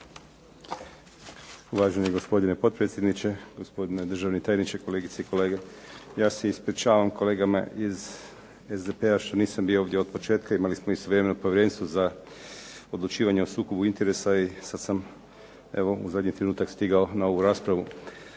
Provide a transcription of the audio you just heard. Uvaženi gospodine potpredsjedniče, gospodine državni tajniče, kolegice i kolege. Ja se ispričavam kolegama iz SDP-a što nisam bio ovdje od početka, imali smo istovremeno Povjerenstvo za odlučivanje o sukobu interesa i sada sam u zadnji trenutak stigao na ovu raspravu.